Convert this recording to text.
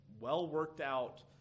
well-worked-out